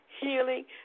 healing